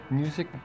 music